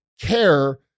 care